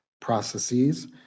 processes